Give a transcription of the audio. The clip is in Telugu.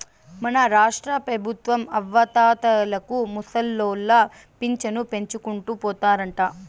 మన రాష్ట్రపెబుత్వం అవ్వాతాతలకు ముసలోళ్ల పింఛను పెంచుకుంటూ పోతారంట